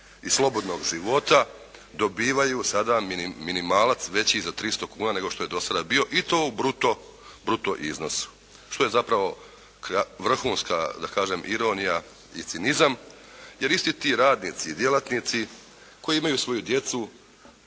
i slobodnog života dobivaju sada minimalac veći i za 300 kuna nego što je do sada bio i to u bruto iznosu što je zapravo vrhunska da kažem ironija i cinizam jer isti ti radnici i djelatnici koji imaju svoju djecu